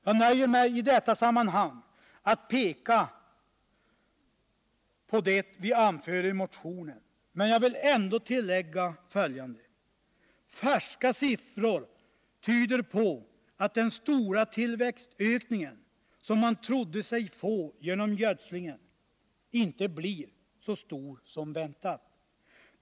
Jag nöjer mig i detta sammanhang med att peka på det vi anför i motionen, men jag vill ändå tillägga följande. Färska siffror tyder på att den stora tillväxtökning som man trodde sig få genom gödslingen inte blir så stor som väntat.